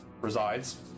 resides